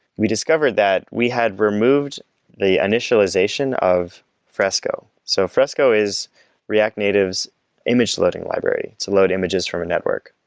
we discovered that we had removed the initialization of fresco. so fresco is react native's image loading library to load images from a network.